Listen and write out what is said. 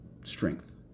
strength